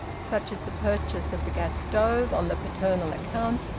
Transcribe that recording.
such as the purchase of the gas-stove on the paternal account,